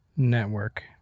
network